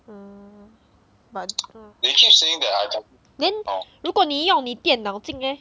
oh but then 如果你用你电脑进 eh